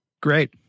Great